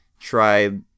try